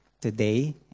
today